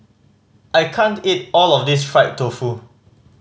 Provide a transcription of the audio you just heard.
I can't eat all of this fried tofu